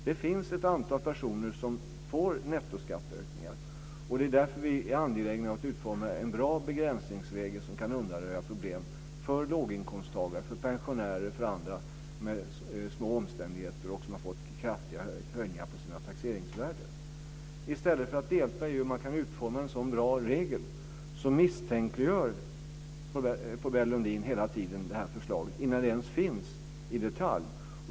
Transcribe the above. Det finns ett antal personer som får nettoskatteökningar, och det är därför som vi är angelägna om att utforma en bra begränsningsregel, som kan undanröja problem för låginkomsttagare, för pensionärer och för andra i små omständigheter som har fått kraftiga höjningar av sina taxeringsvärden. I stället för att delta i arbetet med hur man kan utforma en sådan bra regel misstänkliggör Pourbaix Lundin hela tiden detta förslag innan det ens finns i detalj.